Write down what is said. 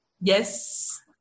Yes